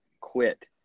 Quit